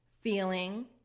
feeling